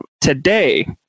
today